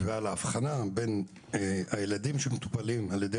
ועל ההבחנה בין הילדים שמטופלים על ידי